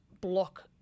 block